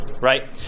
right